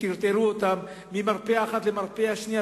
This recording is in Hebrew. שטרטרו אותם ממרפאה אחת למרפאה שנייה,